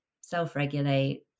self-regulate